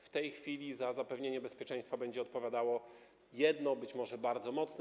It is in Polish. W tej chwili za zapewnienie bezpieczeństwa będzie odpowiadało jedno hasło, być może bardzo mocne.